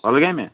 کۄلگامہِ ہا